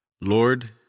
Lord